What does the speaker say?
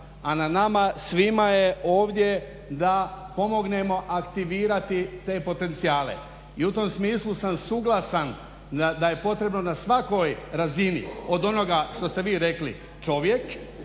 a na nama svima je ovdje da pomognemo aktivirati te potencijale i u tom smislu sam suglasan da je potrebno na svakoj razini od onoga što ste vi rekli čovjek